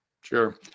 Sure